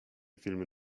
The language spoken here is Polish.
filmy